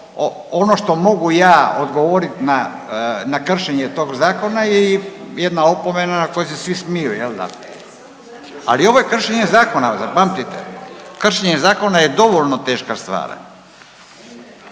ono što mogu ja odgovorit na kršenje tog zakona i jedna opomena na koju se svi smiju jel da, ali ovo je kršenje zakona zapamtite. Kršenje zakona je dovoljno teška stvar.